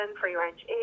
free-range